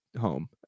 home